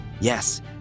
Yes